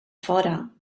fora